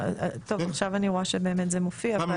עכשיו אני רואה שבאמת זה מופיע.